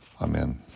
Amen